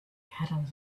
had